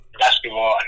basketball